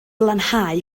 lanhau